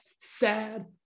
sad